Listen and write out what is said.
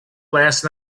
last